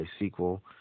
sequel